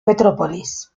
metrópolis